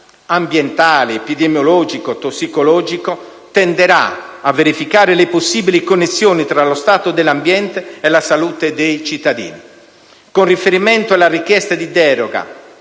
(ambientale, epidemiologico, tossicologico) tenderà a verificare le possibili connessioni tra lo stato dell'ambiente e la salute dei cittadini. Con riferimento alla richiesta di deroga